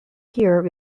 here